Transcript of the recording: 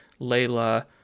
Layla